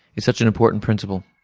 it's such an important principle.